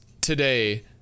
today